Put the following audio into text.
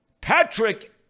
Patrick